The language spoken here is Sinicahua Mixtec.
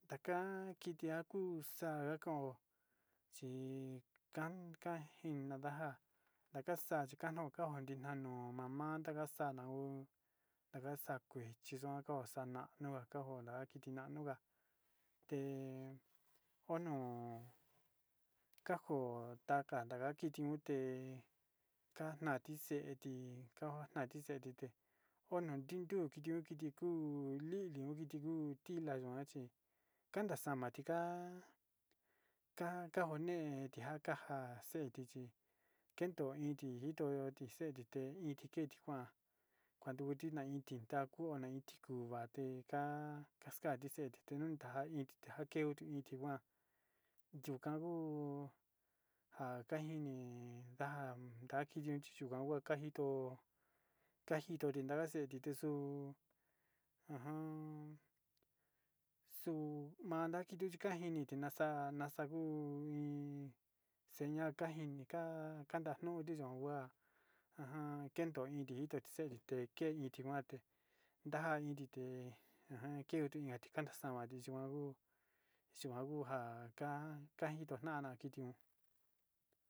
Taka kiiti akuu xa'a ko'o chi kan ka yinadaja kaxa'a konjani kinanu, manda kaxana'o ndaxakuichi xon ko'o xana'a nuna katonjan kiti nano njá té ono kanjo'o takata kiti ute, kanati xée ti kanatixeti kanatixetite ono tindu kiti huu kiti kuu kuu lilu kiti uu tilá ndakuanchi kana kamaxatiga ka'a kanjone tinja kaja xeeti chí kemdo inti yito tixeti té iti kee njuan, kuando tina iin ti ndaku iná iin tikuate ka'a kaxka nixeti xinunda iti tekanjeo iti njuan tukau njakajini ndaja ndakainio chi nda njito chi a njito chindaxeti tixuu ajan xuu manda kitu chikajini, nitinaxa naxangu iin seña kajini ka'a ka kakondi yuu ngua ajan kendo indi tixe'e te'e ken kuu kuate ndaja iin tite ajan keo inka ti kandaxama atiyikuan hó yikuan onja kana kition.